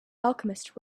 alchemist